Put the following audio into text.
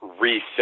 reset